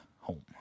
home